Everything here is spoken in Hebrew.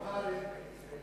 אמהרית?